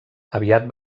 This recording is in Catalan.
aviat